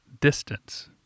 distance